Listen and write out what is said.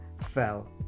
fell